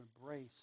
embrace